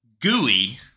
Gooey